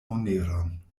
moneron